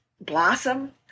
blossom